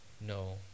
No